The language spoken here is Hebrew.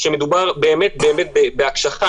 שמדובר באמת בהקשחה.